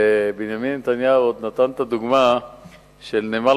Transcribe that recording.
ובנימין נתניהו עוד נתן את הדוגמה של נמל